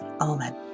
Amen